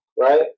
right